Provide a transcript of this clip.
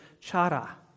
chara